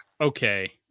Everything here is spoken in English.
okay